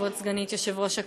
כבוד סגנית יושב-ראש הכנסת,